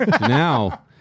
Now